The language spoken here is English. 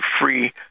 free